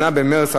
לפיכך,